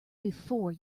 before